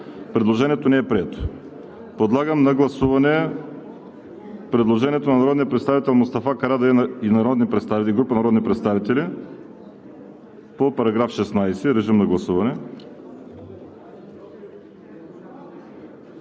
Предложението не е прието. Подлагам на гласуване предложението на народния представител Мустафа Карадайъ и група народни представители по § 16. Гласували